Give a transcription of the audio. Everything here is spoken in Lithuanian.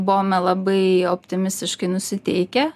buvome labai optimistiškai nusiteikę